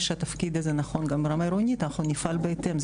שהתפקיד הזה נכון גם ברמה עירונית אנחנו נפעל בהתאם.